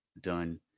done